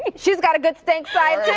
ah she's got a good stank so eye,